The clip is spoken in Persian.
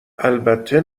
البته